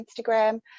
instagram